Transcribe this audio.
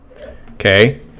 okay